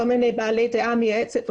כל מיני בעלי דעה מייעצת וכולי,